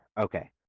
Okay